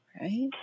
right